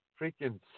Freaking